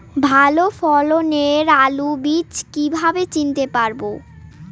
ভালো ফলনের আলু বীজ কীভাবে চিনতে পারবো?